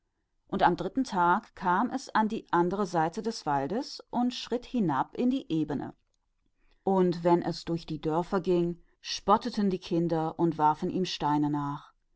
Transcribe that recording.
und am dritten tage kam es zur anderen seite des waldes und ging hinab in die ebene und wenn es durch die dörfer kam verhöhnten es die kinder und warfen mit steinen nach